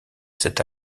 cet